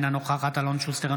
אינה נוכחת אלון שוסטר,